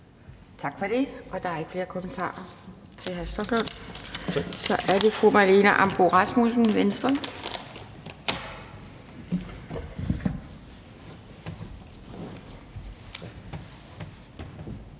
Tak for det, og der er ikke flere kommentarer til hr. Rasmus Stoklund. Så er det fru Marlene Ambo-Rasmussen, Venstre.